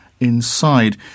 inside